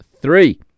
three